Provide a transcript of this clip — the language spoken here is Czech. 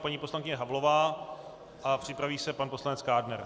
Paní poslankyně Havlová a připraví se pan poslanec Kádner...